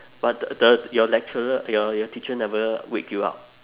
but the your lecturer your your teacher never wake you up